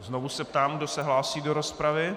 Znovu se ptám, kdo se hlásí do rozpravy.